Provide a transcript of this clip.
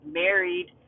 married